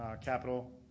capital